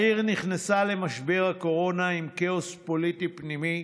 העיר נכנסה למשבר הקורונה עם כאוס פוליטי פנימי,